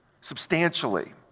substantially